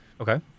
Okay